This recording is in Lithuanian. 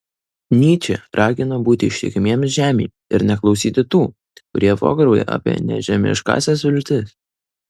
nyčė ragino būti ištikimiems žemei ir neklausyti tų kurie vograuja apie nežemiškąsias viltis